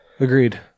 agreed